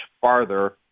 farther